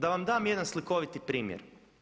Da vam dam jedan slikoviti primjer.